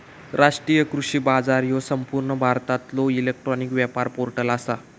राष्ट्रीय कृषी बाजार ह्यो संपूर्ण भारतातलो इलेक्ट्रॉनिक व्यापार पोर्टल आसा